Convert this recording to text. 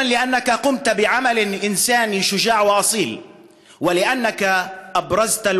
תודה על כך שעשית מעשה אנושי אמיץ ואציל ועל כך שהבלטת את